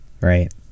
right